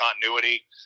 continuity